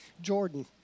Jordan